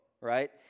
right